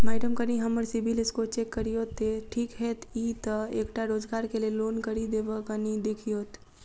Madam कनि हम्मर CIBIL score check करियो तेँ ठीक हएत ई तऽ एकटा रोजगार केँ लैल लोन करि देब कनि देखीओत?